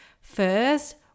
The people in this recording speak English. first